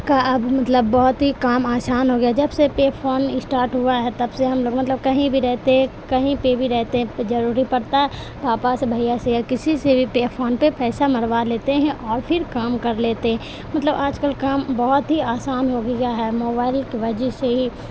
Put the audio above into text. کا اب مطلب بہت ہی کام آسان ہو گیا جب سے پے فون اشٹاٹ ہوا ہے تب سے ہم لوگ مطلب کہیں بھی رہتے کہیں پہ بھی رہتے ضروری پڑتا ہے پاپا سے بھیا سے یا کسی سے بھی پے فون پہ پیسہ مروا لیتے ہیں اور پھر کام کر لیتے مطلب آج کل کام بہت ہی آسان ہو گیا ہے موبائل کی وجہ سے ہی